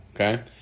Okay